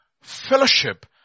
fellowship